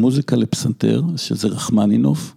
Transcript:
מוזיקה לפסנתר, שזה רחמנינוב.